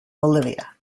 bolivia